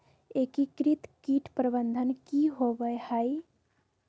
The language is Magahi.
एकीकृत कीट प्रबंधन की होवय हैय?